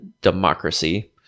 democracy